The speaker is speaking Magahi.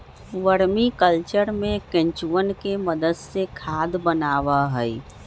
वर्मी कल्चर में केंचुवन के मदद से खाद बनावा हई